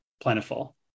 plentiful